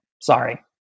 Sorry